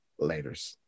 Laters